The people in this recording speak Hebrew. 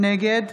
נגד